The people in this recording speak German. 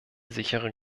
sichere